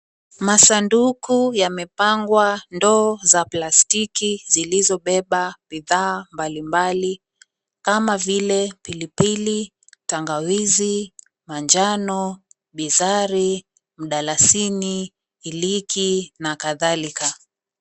Masanduku yamepangwa, ndoo za plastiki zilizobeba bidhaa mbalimbali kama vile pilipili, tangawizi, manjano, bizari, mdalasini, iliki na kadhalika.